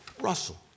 Russell